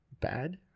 bad